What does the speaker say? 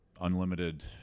unlimited